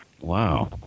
Wow